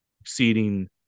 exceeding